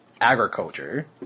agriculture